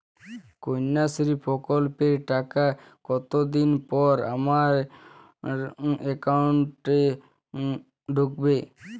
কন্যাশ্রী প্রকল্পের টাকা কতদিন পর আমার অ্যাকাউন্ট এ ঢুকবে?